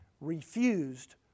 refused